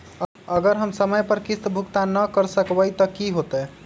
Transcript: अगर हम समय पर किस्त भुकतान न कर सकवै त की होतै?